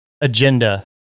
agenda